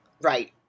Right